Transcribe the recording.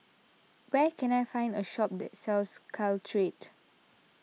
where can I find a shop that sells Caltrate